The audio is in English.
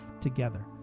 together